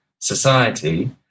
society